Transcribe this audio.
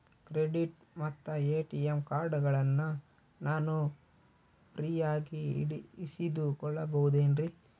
Credit ಮತ್ತ ATM ಕಾರ್ಡಗಳನ್ನ ನಾನು ಫ್ರೇಯಾಗಿ ಇಸಿದುಕೊಳ್ಳಬಹುದೇನ್ರಿ?